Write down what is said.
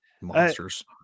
monsters